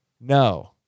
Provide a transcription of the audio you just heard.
No